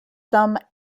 some